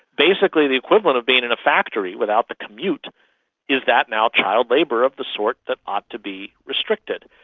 basically the equivalent of being in a factory without the commute is that now child labour of the sort that ought to be restricted?